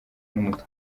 n’umutwe